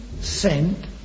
sent